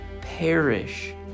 perish